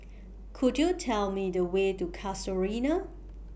Could YOU Tell Me The Way to Casuarina